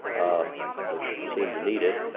which seem to need it.